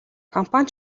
компани